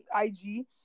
IG